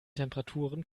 temperaturen